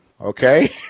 Okay